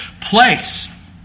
place